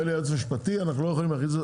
אומר לי היועץ המשפטי, אנחנו לא יכולים להכניס.